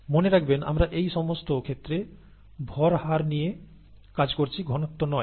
মনে রাখবেন আমরা এই সমস্ত ক্ষেত্রে ভর হার নিয়ে কাজ করছি ঘনত্ব নয়